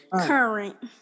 current